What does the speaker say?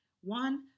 One